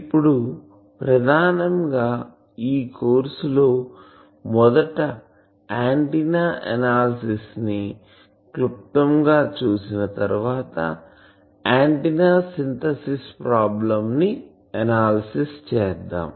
ఇప్పుడు ప్రధానంగా ఈ కోర్సులోమొదట ఆంటిన్నా ఎనాలిసిస్ ను క్లుప్తంగా చూసిన తర్వాత ఆంటిన్నా సింథసిస్ ప్రాబ్లెమ్ ను ఎనాలిసిస్ చెద్దాం